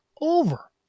over